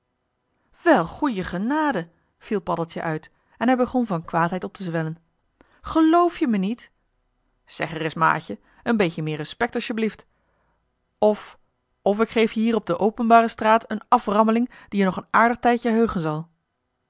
wel goeie genade viel paddeltje uit en hij begon van kwaadheid op te zwellen gelf je me niet zeg ereis maatje een beetje meer respect alsjeblieft of of ik geef je hier op de openbare straat een aframmeling die je nog een aardig tijdje heugen zal